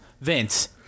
Vince